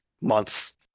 months